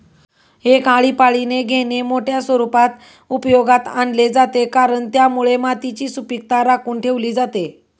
एक आळीपाळीने घेणे मोठ्या स्वरूपात उपयोगात आणले जाते, कारण त्यामुळे मातीची सुपीकता राखून ठेवली जाते